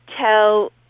tell